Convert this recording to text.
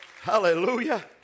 Hallelujah